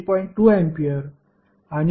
2 A आणि i22